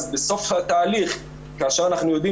אז בסוף התהליך כאשר אנחנו יודעים